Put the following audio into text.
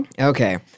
Okay